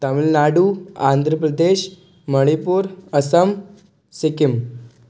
Tamil Nadu Andhra Pradesh Manipur Assam Sikkim